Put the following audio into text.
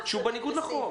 שהוא בניגוד לחוק.